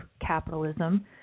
capitalism